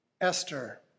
Esther